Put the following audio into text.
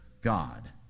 God